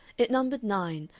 it numbered nine,